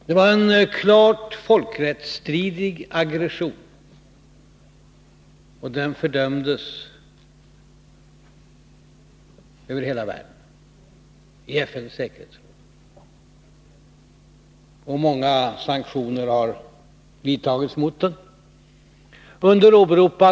Det var en klart folkrättsstridig aggression, och den fördömdes över hela världen och i FN:s säkerhetsråd. Många sanktioner har vidtagits mot Argentina.